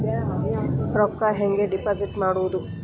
ರೊಕ್ಕ ಹೆಂಗೆ ಡಿಪಾಸಿಟ್ ಮಾಡುವುದು?